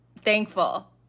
thankful